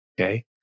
okay